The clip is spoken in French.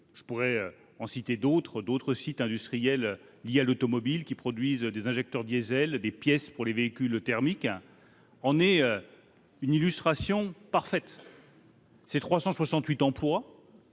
je pourrais citer d'autres sites industriels du secteur de l'automobile, qui produisent des injecteurs diesel ou des pièces pour les véhicules thermiques -en est une illustration parfaite. Avec 368 emplois,